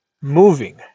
moving